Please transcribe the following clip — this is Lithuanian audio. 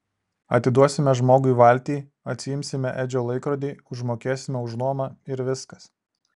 atiduosime žmogui valtį atsiimsime edžio laikrodį užmokėsime už nuomą ir viskas